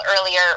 earlier